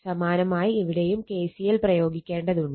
സമാനമായി ഇവിടെയും KCL പ്രയോഗിക്കേണ്ടതുണ്ട്